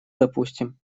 допустим